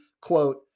quote